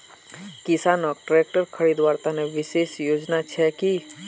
किसानोक ट्रेक्टर खरीदवार तने विशेष योजना छे कि?